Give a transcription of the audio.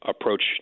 approach